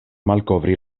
malkovri